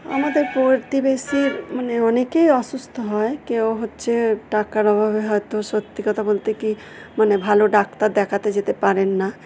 আমাদের প্রতিবেশীর মানে অনেকেই অসুস্থ হয় কেউ হচ্ছে টাকার অভাবে হয়তো সত্যি কথা বলতে কি মানে ভালো ডাক্তার দেখাতে যেতে পারেন না